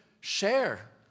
share